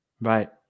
right